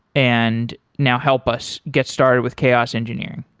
and now help us get started with chaos engineering.